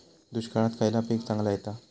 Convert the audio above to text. दुष्काळात खयला पीक चांगला येता?